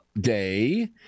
day